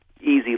easy